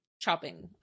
chopping